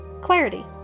clarity